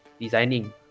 designing